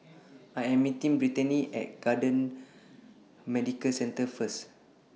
I Am meeting Brittanie At Camden Medical Centre First